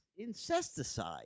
incesticide